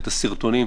את הסרטונים,